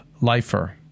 Lifer